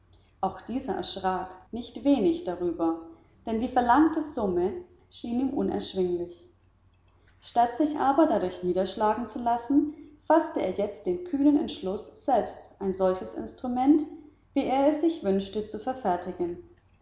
auch dieser erschrak nicht wenig darüber denn die verlangte summe schien ihm unerschwinglich statt sich aber dadurch niederschlagen zu lassen faßte er jetzt den kühnen entschluß selbst ein solches instrument wie er es sich wünschte zu verfertigen